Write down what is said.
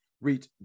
reach